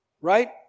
Right